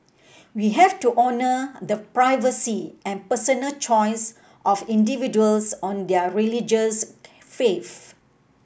we have to honour the privacy and personal choice of individuals on their religious faith